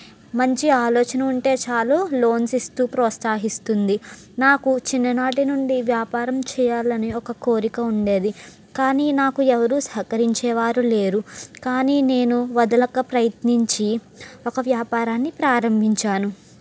మంచి ఆలోచన ఉంటే చాలు లోన్స్ ఇస్తూ ప్రోత్సాహిస్తుంది నాకు చిన్ననాటి నుండి వ్యాపారం చేయాలి అనే ఒక కోరిక ఉండేది కానీ నాకు ఎవరు సహకరించేవారు లేరు కానీ నేను వదులక ప్రయత్నించి ఒక వ్యాపారాన్ని ప్రారంభించాను